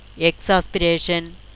exasperation